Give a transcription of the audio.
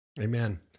Amen